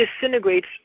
disintegrates